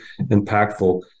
impactful